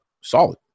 Solid